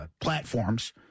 platforms